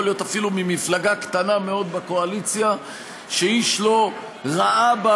יכול להיות אפילו ממפלגה קטנה מאוד בקואליציה שאיש לא ראה בה